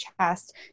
chest